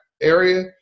area